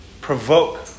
Provoke